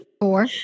Four